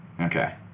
Okay